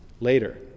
Later